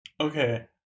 Okay